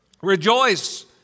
Rejoice